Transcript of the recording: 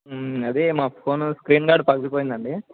అది మా phone screen guard పగిలిపోయిందండి